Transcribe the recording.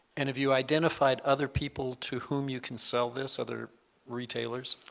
and have you identified other people to whom you can sell this, other retailers.